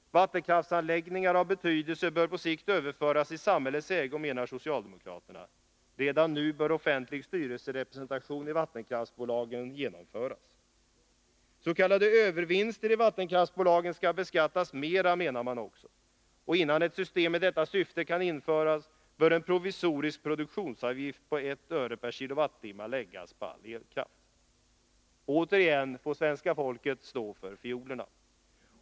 Vattenkraftsanläggningar av betydelse bör på sikt överföras i samhällets ägo, menar socialdemokraterna. Redan nu bör offentlig styrelserepresentation i vattenkraftsbolagen genomföras. S. k. övervinster i vattenkraftsbolagen skall beskattas mera, menar man också. Innan ett system med detta syfte kan införas bör en provisorisk produktionsavgift på 1 öre/kWh läggas på all elkraft. Återigen får svenska folket stå för fiolerna.